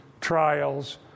trials